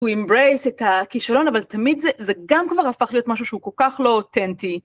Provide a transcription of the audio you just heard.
הוא Embrace את הכישלון אבל תמיד זה גם כבר הפך להיות משהו שהוא כל כך לא אותנטי.